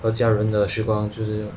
和家人的时光就是